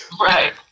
Right